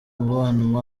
umubano